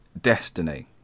destiny